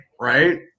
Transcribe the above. right